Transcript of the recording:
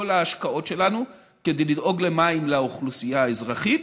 ההשקעות שלנו כדי לדאוג למים לאוכלוסייה האזרחית